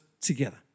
together